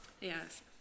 Yes